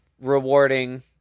rewarding